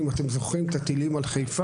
אם אתם זוכרים את הטילים על חיפה,